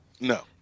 No